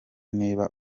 niba